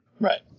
Right